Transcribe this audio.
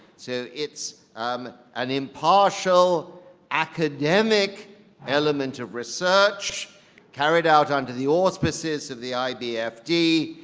so it's um an impartial academic element of research carried out under the auspices of the idfd,